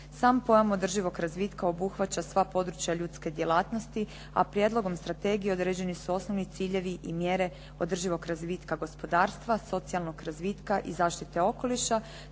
Sam pojam održivog razvitka obuhvaća sva područja ljudske djelatnosti, a prijedlogom strategije određeni su osnovni ciljevi i mjere održivog razvitka gospodarstva, socijalnog razvitka i zaštite okoliša,